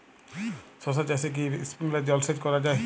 শশা চাষে কি স্প্রিঙ্কলার জলসেচ করা যায়?